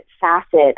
facet